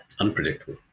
unpredictable